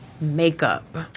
makeup